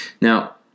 Now